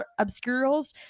obscurals